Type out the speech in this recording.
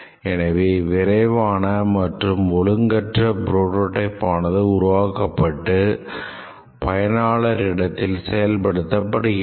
எனவே விரைவான மற்றும் ஒழுங்கற்ற புரோடோடைப் ஆனது உருவாக்கப்பட்டு பயனாளர் இடத்தில் செயல்படுத்தப்படுகிறது